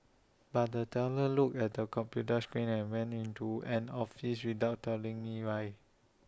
but the teller looked at the computer screen and went into an office without telling me why